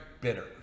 bitter